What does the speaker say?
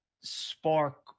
spark